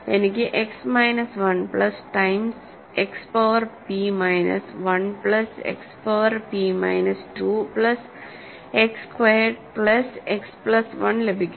എനിക്ക് x minus 1 plus times x power p minus 1 plus x power p minus 2 plus x squared plus x plus 1 ലഭിക്കുന്നു